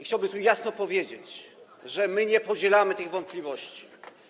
Chciałbym tu jasno powiedzieć, że nie podzielamy tych wątpliwości.